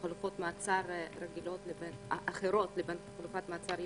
חלופות מעצר אחרות לבין חלופת מעצר ייעודית.